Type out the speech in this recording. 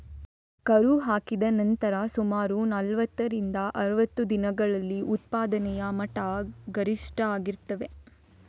ಕರು ಹಾಕಿದ ನಂತರ ಸುಮಾರು ನಲುವತ್ತರಿಂದ ಅರುವತ್ತು ದಿನಗಳಲ್ಲಿ ಉತ್ಪಾದನೆಯ ಮಟ್ಟ ಗರಿಷ್ಠ ಆಗಿರ್ತದೆ